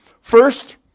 First